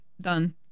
done